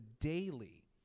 daily